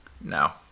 No